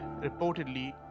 Reportedly